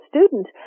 student